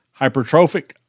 hypertrophic